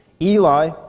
Eli